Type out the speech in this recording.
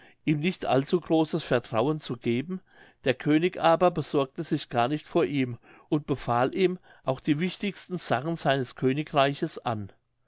ihm nicht allzugroßes vertrauen zu geben der könig aber besorgte sich gar nicht vor ihm und befahl ihm auch die wichtigsten sachen seines königreiches an